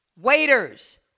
waiters